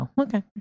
Okay